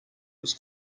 was